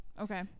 Okay